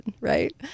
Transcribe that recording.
right